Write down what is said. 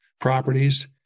properties